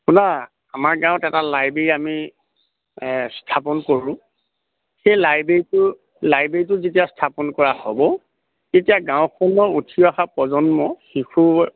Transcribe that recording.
শুনা আপোনাৰ আমাৰ গাঁৱত এটা লাইব্ৰেৰী আমি স্থাপন কৰোঁ সেই লাইব্ৰেৰীটো লাইব্ৰেৰীটো যেতিয়া স্থাপন কৰা হ'ব তেতিয়া গাঁওখনৰ উঠি অহা প্ৰজন্ম শিশু